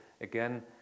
again